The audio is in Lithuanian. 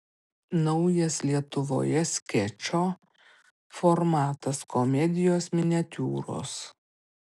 naujas lietuvoje skečo formatas komedijos miniatiūros